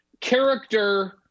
character